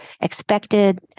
expected